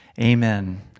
amen